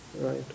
right